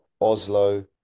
Oslo